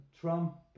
Trump